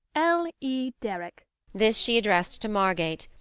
l. e. derrick this she addressed to margate,